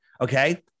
okay